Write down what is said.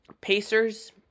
Pacers